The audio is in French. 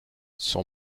son